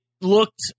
looked